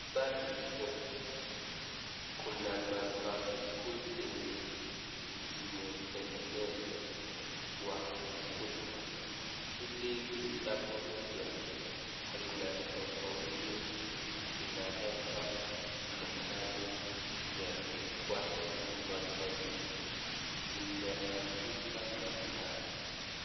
Hapa ni ofisi. Kuna masanduku zenye zimetengenezwa kwa ukuta ili kitabu ya aina tofauti zinawekwa mahali yake. Kwa hizi masanduku zimeandikwa nambari.